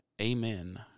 Amen